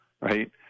right